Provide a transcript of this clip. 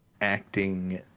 acting